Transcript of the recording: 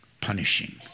punishing